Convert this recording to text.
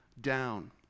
down